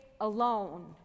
alone